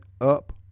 up